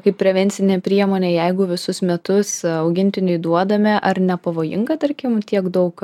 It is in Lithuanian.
kaip prevencinė priemonė jeigu visus metus augintiniui duodame ar nepavojinga tarkim tiek daug